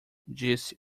disse